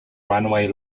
runway